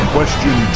Question